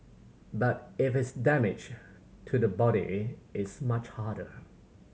but if it's damage to the body it's much harder